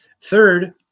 Third